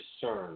discern